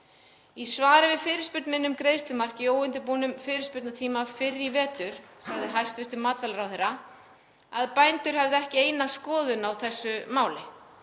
Í svari við fyrirspurn minni um greiðslumarkið í óundirbúnum fyrirspurnatíma fyrr í vetur sagði hæstv. matvælaráðherra að bændur hefðu ekki eina skoðun á þessu máli